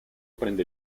prende